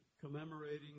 commemorating